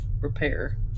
repair